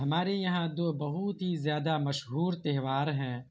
ہمارے یہاں دو بہت ہی زیادہ مشہور تہوار ہیں